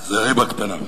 זה ריבה קטנה.